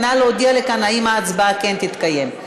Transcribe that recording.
ונא להודיע כאן אם ההצבעה כן תתקיים,